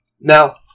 Now